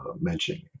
mentioning